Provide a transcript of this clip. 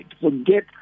forget